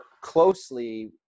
closely